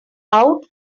out